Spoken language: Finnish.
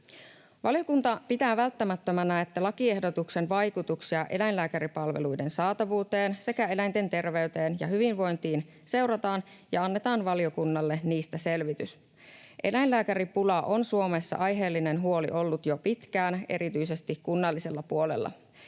Valiokunta pitää välttämättömänä, että lakiehdotuksen vaikutuksia eläinlääkäripalveluiden saatavuuteen sekä eläinten terveyteen ja hyvinvointiin seurataan ja annetaan valiokunnalle niistä selvitys. Eläinlääkäripula on Suomessa aiheellinen huoli ollut jo pitkään erityisesti kunnallisella puolella.